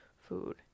food